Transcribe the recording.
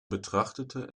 betrachtete